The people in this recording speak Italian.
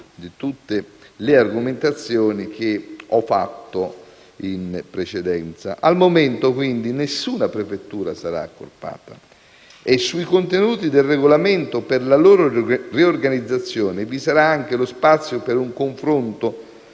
di tutte le argomentazioni esposte in precedenza. Al momento, quindi, nessuna prefettura sarà accorpata. Sui contenuti del regolamento per la loro riorganizzazione, vi sarà anche lo spazio per un confronto